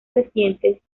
recientes